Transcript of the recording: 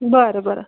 बरं बरं